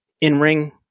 In-ring